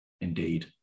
Indeed